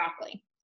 broccoli